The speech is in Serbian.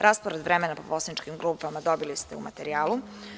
Raspored vremena po poslaničkim grupama dobili ste u materijalu.